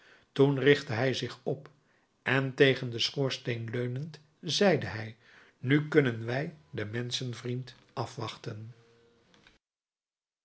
toen richtte hij zich op en tegen den schoorsteen leunend zeide hij nu kunnen wij den menschenvriend afwachten